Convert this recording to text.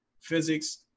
physics